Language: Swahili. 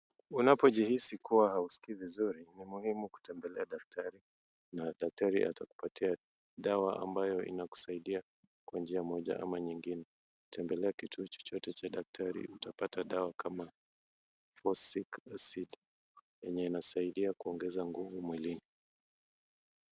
Unapo jihisi kua haiskii vizuri ni muhimu kutembelea daktari na daktari atakupatia dawa ambayo inakusaidia kwa njia moja ama nyingine. Tembelea kituo chochote cha daktari utapata dawa kama follic acid yenye inasaidia kuongeza nguvu mwilini.